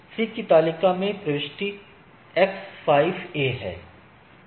C की तालिका में प्रविष्टि X 5 A है